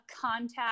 contact